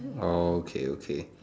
oh okay okay